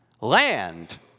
Land